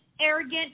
arrogant